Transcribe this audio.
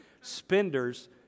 Spenders